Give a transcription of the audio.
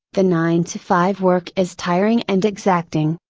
the nine to five work is tiring and exacting.